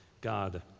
God